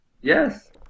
Yes